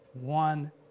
one